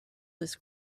this